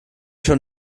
schon